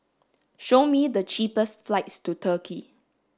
show me the cheapest flights to Turkey